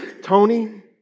Tony